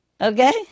Okay